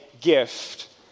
gift